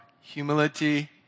humility